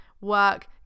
work